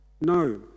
No